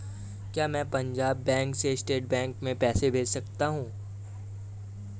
क्या मैं पंजाब बैंक से स्टेट बैंक में पैसे भेज सकता हूँ?